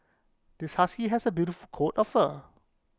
this husky has A beautiful coat of fur